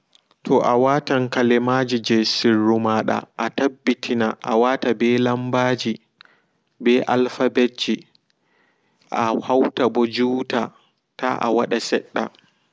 Ataɓɓitina adinga laarugo fanko salula mada koɓo adinga laarugo allua konfuta mada ko tivi mada do neɓa ɓanda nonno ta adinga jodugo ɓo ha wala yiite toɓo ajodi ha wala yiite sosai yandego adinga jodugo ado lusina